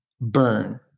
burn